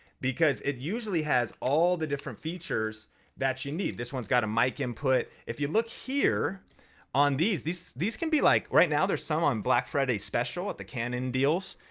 because it usually has all the different features that you need. this one's got a mic input. if you look here on these, these these can be like, right now they're selling on black friday special at the canon deals.